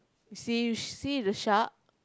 you see you see the shark